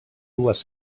dues